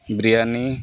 biryani